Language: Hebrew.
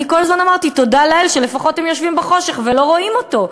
אני כל הזמן אמרתי: תודה לאל שלפחות הם יושבים בחושך ולא רואים אותו,